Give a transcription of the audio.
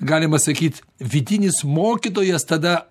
galima sakyt vidinis mokytojas tada